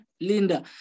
Linda